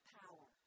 power